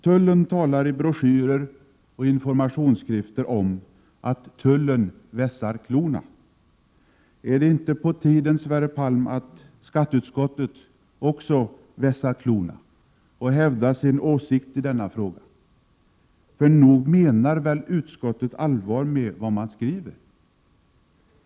Tullen talar i broschyrer och informationsskrifter om att ”tullen vässar klorna”. Är det inte på tiden, Sverre Palm, att skatteutskottet också vässar klorna och hävdar sin åsikt i denna fråga? För nog menar väl utskottet allvar med vad man skriver?